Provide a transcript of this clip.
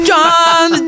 John